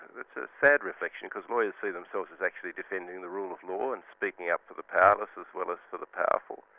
ah sad reflection, because lawyers see themselves as actually defending the rule of law and speaking up for the powerless as well as for the powerful,